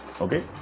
okay